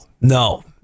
no